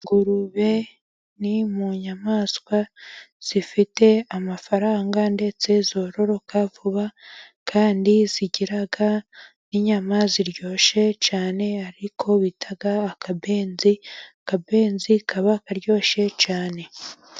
Ingurube ni mu nyamaswa zifite amafaranga ndetse zororoka vuba, kandi zigira n'inyama ziryoshye cyane, ari ko bita akabenzi, akabenzi kaba karyoshye cyane.